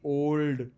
old